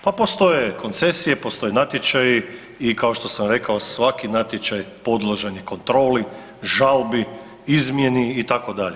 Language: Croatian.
Pa postoje koncesije, postoje natječaji, i kao što sam rekao, svaki natječaj podložan je kontroli, žalbi, izmjeni, itd.